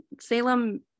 Salem